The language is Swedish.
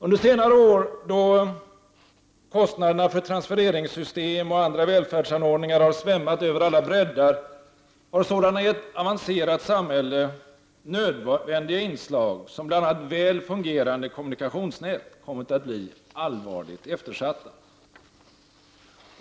Under senare år, då kostnaderna för transfereringssystem och andra välfärdsanordningar har svämmat över alla bräddar, har sådana i ett avancerat samhälle nödvändiga inslag som bl.a. väl fungerande kommunikationsnät kommit att bli allvarligt eftersatta.